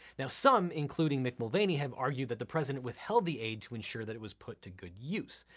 now some, including mick mulvaney have argued that the president withheld the aid to ensure that it was put to good use,